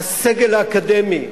הסגל האקדמי,